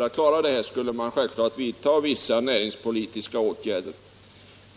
att klara det skulle man självfallet vidta vissa näringspolitiska åtgärder.